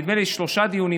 בשלושה דיונים,